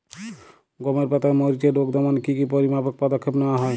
গমের পাতার মরিচের রোগ দমনে কি কি পরিমাপক পদক্ষেপ নেওয়া হয়?